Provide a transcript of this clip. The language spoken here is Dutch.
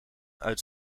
uit